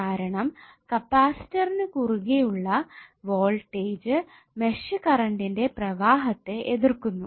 കാരണം കപ്പാസിറ്ററിനു കുറുകെ ഉള്ള വോൾടേജ് മെഷ് കറണ്ടിന്റെ പ്രവാഹത്തെ എതിർക്കുന്നു